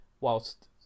whilst